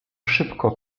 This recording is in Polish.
szybko